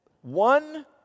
One